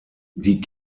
die